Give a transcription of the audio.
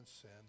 sin